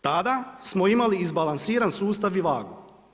Tada smo imali izbalansiran sustav i vagu.